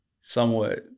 somewhat